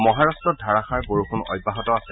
মহাৰাট্টত ধাৰাষাৰ বৰষুণ অব্যাহত আছে